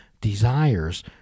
desires